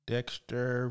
Dexter